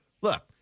look